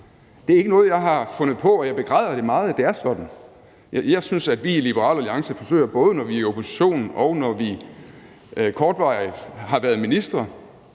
Det er ikke noget, jeg har fundet på, og jeg begræder meget, at det er sådan. Jeg synes, at vi i Liberal Alliance forsøger, både når vi er i opposition, og når vi kortvarigt har været ministre,